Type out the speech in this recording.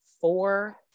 four